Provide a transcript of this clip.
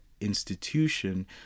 institution